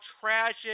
tragic